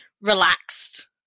relaxed